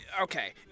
Okay